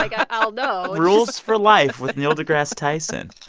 like ah i'll know rules for life with neil degrasse tyson